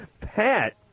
Pat